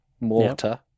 mortar